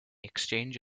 exchange